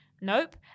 Nope